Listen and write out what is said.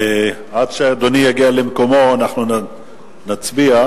כשאדוני יגיע למקומו אנחנו נצביע.